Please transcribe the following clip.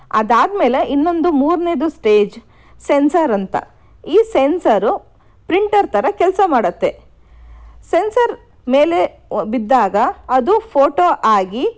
ಅದಾದ ಮೇಲೆ ಇನ್ನೊಂದು ಮೂರನೆಯದು ಸ್ಟೇಜ್ ಸೆನ್ಸರ್ ಅಂತ ಈ ಸೆನ್ಸರ್ ಪ್ರಿಂಟರ್ ಥರ ಕೆಲಸ ಮಾಡತ್ತೆ ಸೆನ್ಸರ್ ಮೇಲೆ ಬಿದ್ದಾಗ ಅದು ಫೋಟೋ ಆಗಿ